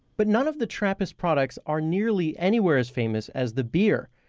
but none of the trappist's products are nearly anywhere as famous as the beer.